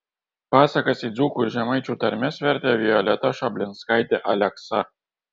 pasakas į dzūkų ir žemaičių tarmes vertė violeta šoblinskaitė aleksa